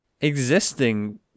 existing